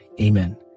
Amen